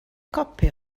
copi